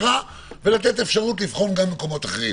ולתת אפשרות לבחון גם מקומות אחרים.